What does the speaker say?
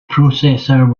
processor